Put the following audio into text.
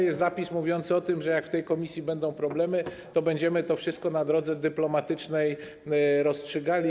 Jest zapis mówiący o tym, że jak w tej komisji będą problemy, to będziemy to wszystko na drodze dyplomatycznej rozstrzygali.